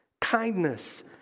kindness